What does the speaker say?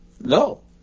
No